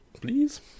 please